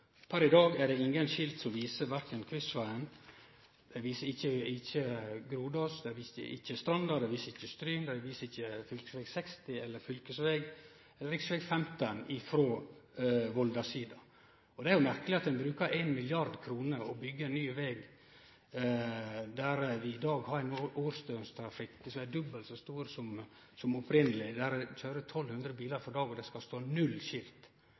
Per i dag er det ingen skilt som viser verken Kvivsvegen, Grodås, Stranda eller Stryn, og dei viser ikkje fv. 60 eller rv. 15 frå Volda-sida. Det er jo merkeleg at ein bruker 1 mrd. kr og byggjer ein ny veg der vi i dag har ein årsdøgnstrafikk som er dobbelt så stor som prognosen opphavleg var. Det køyrer 1 200 bilar kvar dag, og det skal stå null skilt